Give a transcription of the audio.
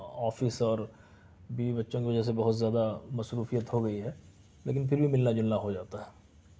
office اور بیوی بچوں کی وجہ سے بہت زیادہ مصروفیت ہو گئی ہے لیکن پھر بھی ملنا جلنا ہو جاتا ہے